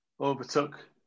Overtook